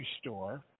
store